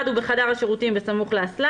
אחד הוא בחדר השירותים בסמוך לאסלה